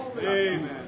Amen